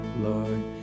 Lord